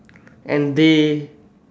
and they